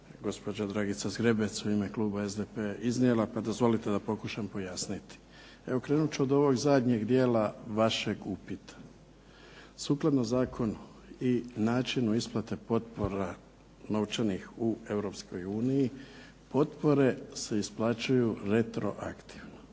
gospođa Dragica Zgrebec u ime kluba SDP-a iznijela, pa dozvolite da pokušam pojasniti. Evo krenut ću od ovog zadnjeg dijela vašeg upita. Sukladno zakonu i načinu isplate potpora novčanih u Europskoj uniji potpore se isplaćuju retroaktivno.